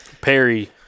Perry